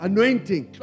Anointing